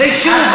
ושוב,